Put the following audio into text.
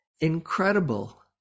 incredible